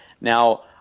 Now